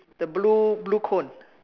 the blue blue cone